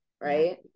right